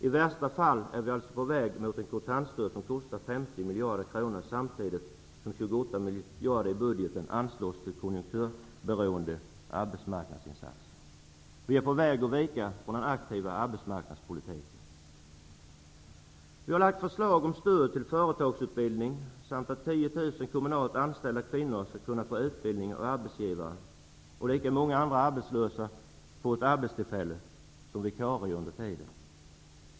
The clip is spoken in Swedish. I värsta fall är vi alltså på väg mot ett kontantstöd som kostar 50 miljarder kronor, samtidigt som 28 miljarder i budgeten anslås till konjunkturberoende arbetsmarknadsinsatser. Vi är på väg att vika från den aktiva arbetsmarknadspolitiken. Vi har lagt fram förslag om stöd till företagsutbildning. Vi har också föreslagit att 10 000 kommunalt anställda kvinnor skall kunna få utbildning av arbetsgivarna, och att lika många andra arbetslösa skulle kunna få arbetstillfällen som vikarier under tiden.